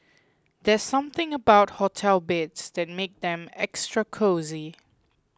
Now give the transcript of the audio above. there's something about hotel beds that makes them extra cosy